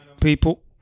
People